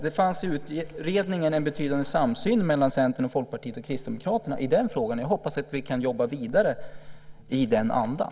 Det fanns i utredningen en betydande samsyn mellan Centern, Folkpartiet och Kristdemokraterna i den frågan. Jag hoppas att vi kan jobba vidare i den andan.